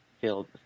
feel